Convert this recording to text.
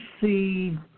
see